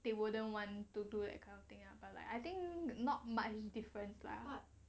you wouldn't want to do that kind of thing lah but like I think not much difference lah